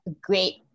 great